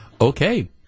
Okay